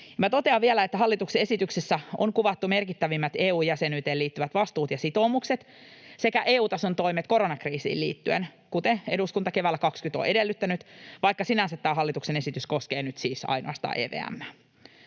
totean vielä, että hallituksen esityksessä on kuvattu merkittävimmät EU-jäsenyyteen liittyvät vastuut ja sitoumukset sekä EU-tason toimet koronakriisiin liittyen, kuten eduskunta keväällä 20 on edellyttänyt, vaikka sinänsä tämä hallituksen esitys koskee nyt siis ainoastaan EVM:ää.